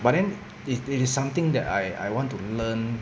but then it it is something that I I want to learn